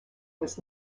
was